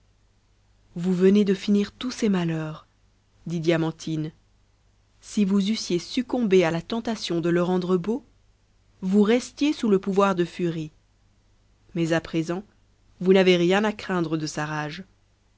vous venez de finir tous ses malheurs dit diamantine si vous eussiez succombé à la tentation de le rendre beau vous restiez sous le pouvoir de furie mais à présent vous n'avez rien à craindre de sa rage